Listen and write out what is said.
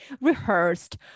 rehearsed